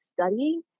studying